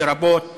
לרבות